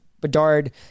Bedard